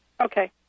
Okay